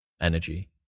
energy